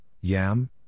yam